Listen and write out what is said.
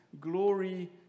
glory